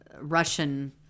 Russian